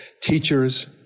teachers